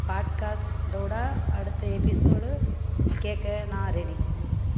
பாட்காஸ்டோட அடுத்த எபிசோடு கேட்க நான் ரெடி